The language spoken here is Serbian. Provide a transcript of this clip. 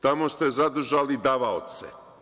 Tamo ste zadržali – davaoce.